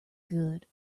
good